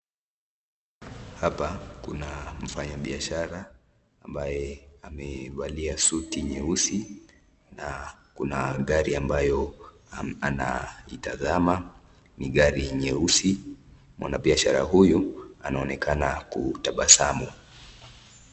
Hapa kuna mfanyi biashara ambaye amevalia suti nyeusi, na kuna gari ambayo anaitazama ni gari nyeusi, mwana biashara huyu anaonekana kutabasamu.